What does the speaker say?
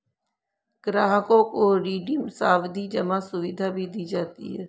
ग्राहकों को रिडीम सावधी जमा सुविधा भी दी जाती है